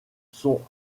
son